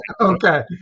Okay